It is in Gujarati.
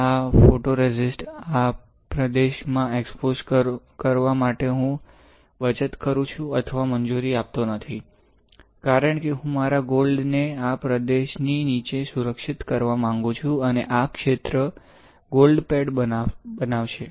અને ફોટોરેઝિસ્ટ આ પ્રદેશમાં એક્સ્પોઝ કરવા માટે હું બચત કરું છું અથવા મંજૂરી આપતો નથી કારણ કે હું મારા ગોલ્ડ ને આ પ્રદેશની નીચે સુરક્ષિત કરવા માંગુ છું અને આ ક્ષેત્ર ગોલ્ડ પેડ બનાવશે